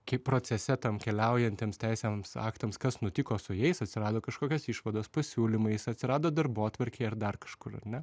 kaip procese tam keliaujantiems teisėms aktams kas nutiko su jais atsirado kažkokios išvados pasiūlymais atsirado darbotvarkėj ar dar kažkur ar ne